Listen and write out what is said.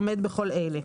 עומד בכל אלה: